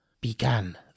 began